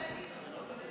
מה להגיד?